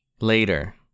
later